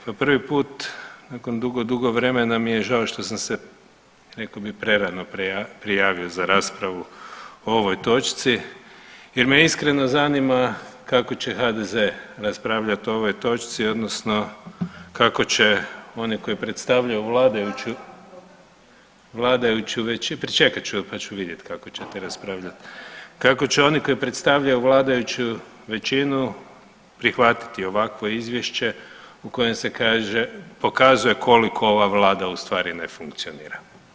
Po prvi nakon dugo, dugo vremena nam je žao sam se rekao bih, prerano prijavio za raspravu o ovoj točci jer me iskreno zanima kako će HDZ raspravljat o ovoj točci, odnosno kako će oni koji predstavljaju vladajuću većinu, pričekat ću ju pa ćemo vidjeti kako ćete raspravljat, kako će oni koji predstavljaju vladajuću većinu prihvatiti ovakvo izvješće, u kojem se kaže, pokazuje koliko ova Vlada u stvari ne funkcionira.